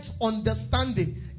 understanding